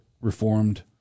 Reformed